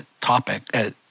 topic